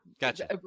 Gotcha